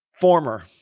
former